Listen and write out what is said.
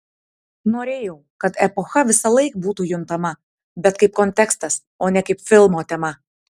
norėjau kad epocha visąlaik būtų juntama bet kaip kontekstas o ne kaip filmo tema